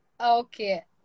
Okay